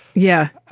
yeah. i